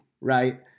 right